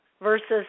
versus